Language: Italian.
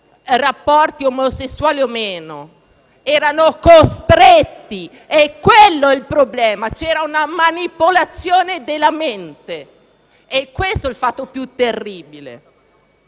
rapporti omosessuali o meno. Erano costretti, è questo il problema, c'era una manipolazione della mente; è questo il fatto più terribile.